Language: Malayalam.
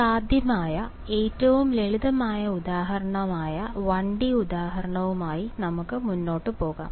സാധ്യമായ ഏറ്റവും ലളിതമായ ഉദാഹരണമായ 1 D ഉദാഹരണവുമായി നമുക്ക് മുന്നോട്ട് പോകാം